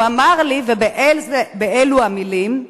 הוא אמר לי, ובאלו המלים,